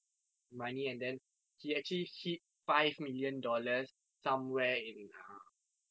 money and then he actually hid five million dollars somewhere in um